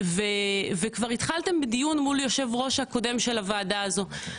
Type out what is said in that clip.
וכבר התחלתם בדיון מול יושב הראש הקודם של הוועדה הזאת.